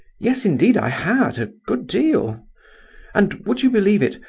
yes, indeed i had a good deal and, would you believe it,